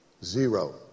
Zero